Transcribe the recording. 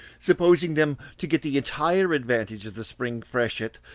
supposing them to get the entire advantage of the spring freshet.